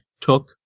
took